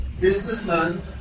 businessman